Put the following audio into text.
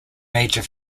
major